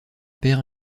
père